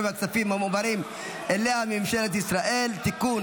מהכספים המועברים אליה מממשלת ישראל (תיקון,